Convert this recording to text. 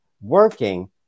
working